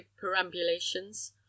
perambulations